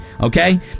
Okay